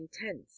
intense